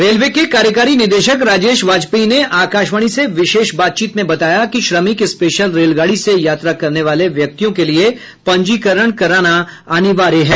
railway के कार्यकारी निदेशक राजेश बाजपेयी ने आकाशवाणी से विशेष बातचीत में बताया कि श्रमिक स्पेशल रेलगाड़ी से यात्रा करने वाले व्यक्तियों के लिए पंजीकरण कराना अनिवार्य है